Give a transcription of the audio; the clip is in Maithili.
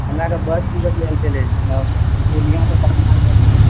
हमराके बस टिकट के छलै पूर्णियासँ पटना जाइके लेल